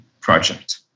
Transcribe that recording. project